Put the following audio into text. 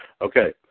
Okay